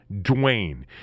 Dwayne